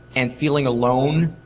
and feeling alone,